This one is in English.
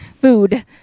food